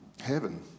heaven